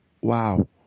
wow